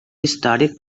històric